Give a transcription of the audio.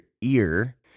ear